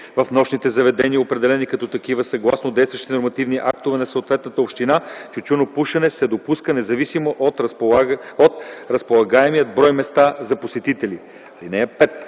В нощните заведения, определени като такива съгласно действащите нормативни актове на съответната община, тютюнопушене се допуска, независимо от разполагаемия брой места за посетители.